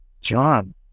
John